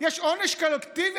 יש עונש קולקטיבי?